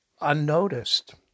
unnoticed